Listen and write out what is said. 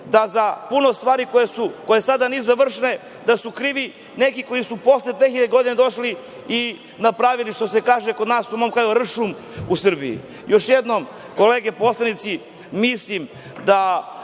su za puno stvari koje sada nisu završene krivi neki koji su posle 2000. godine došli i napravili, što se kaže kod nas, ršum u Srbiji. Još jednom, kolege poslanici, mislim da